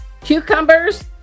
cucumbers